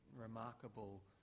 remarkable